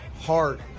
heart